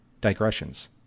digressions